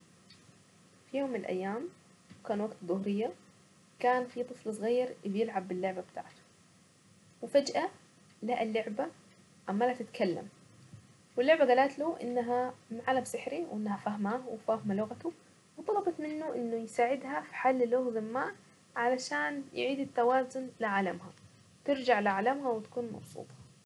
في يوم من الايام كان وقت الضهرية كان في طفل صغير بيلعب باللعبة بتاعته وفجأة لقى اللعبة عماله تتكلم واللعبة قالتله انها من عالم سحري وانها فاهماه وفاهمة لغته وطلبت منه انه يساعدها في حل لغز ما علشان تواصل لعالمهم ترجع لعالمها وتكون مبسوطة.